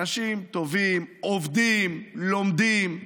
אנשים טובים, עובדים, לומדים.